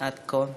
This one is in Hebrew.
עד כה.